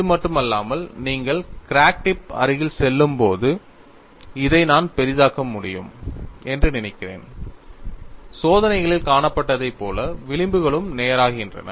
இது மட்டுமல்லாமல் நீங்கள் கிராக் டிப் அருகில் செல்லும்போது இதை நான் பெரிதாக்க முடியும் என்று நினைக்கிறேன் சோதனைகளில் காணப்பட்டதைப் போல விளிம்புகளும் நேராகின்றன